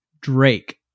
Drake